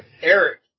Eric